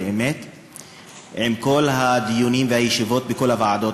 עם כל הדיונים והישיבות בכל הוועדות.